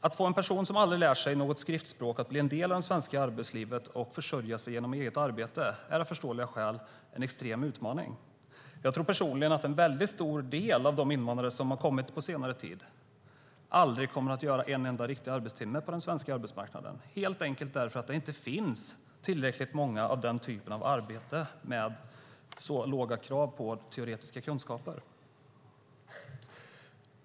Att få en person som aldrig lärt sig ett skriftspråk att bli en del av det svenska arbetslivet och kunna försörja sig genom eget arbete är av förståeliga skäl en extrem utmaning. Personligen tror jag att en stor del av de invandrare som kommit på senare tid aldrig kommer att göra en enda riktig arbetstimme på den svenska arbetsmarknaden helt enkelt för att det inte finns tillräckligt många arbeten av den typen, arbeten med så låga krav på teoretiska kunskaper.